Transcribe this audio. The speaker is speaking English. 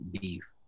beef